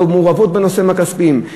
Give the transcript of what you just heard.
לא במעורבות בנושאים הכספיים.